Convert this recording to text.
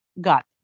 Got